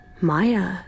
Maya